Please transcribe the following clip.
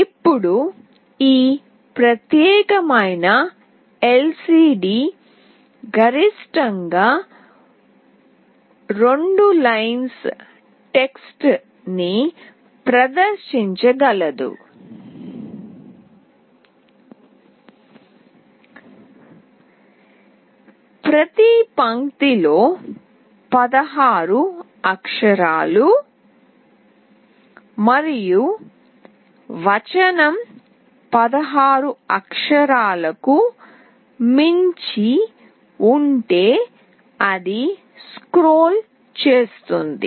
ఇప్పుడు ఈ ప్రత్యేకమైన LCD గరిష్టంగా 2 లైన్స్ టెక్స్ట్ ని ప్రదర్శించగలదు ప్రతి పంక్తిలో 16 అక్షరాలు మరియు వచనం 16 అక్షరాలకు మించి ఉంటే అది స్క్రోల్ చేస్తుంది